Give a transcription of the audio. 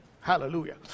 Hallelujah